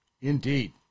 Indeed